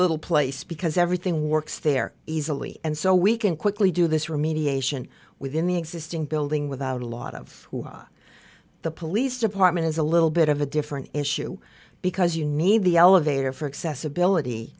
little place because everything works there easily and so we can quickly do this remediation within the existing building without a lot of hoopla the police department is a little bit of a different issue because you need the elevator for excess ability